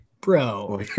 Bro